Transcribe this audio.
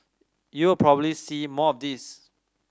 you probably see more of this